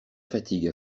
fatigue